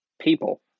people